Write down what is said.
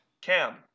cam